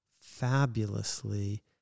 fabulously